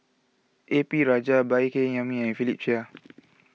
A P Rajah Baey Yam Keng and Philip Chia